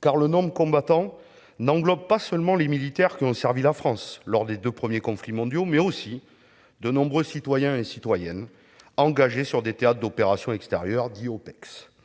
car le monde combattant n'englobe pas seulement les militaires qui ont servi la France lors des deux premiers conflits mondiaux, mais aussi de nombreux citoyens engagés sur des théâtres d'opérations extérieurs.